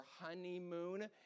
honeymoon